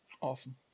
Awesome